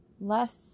less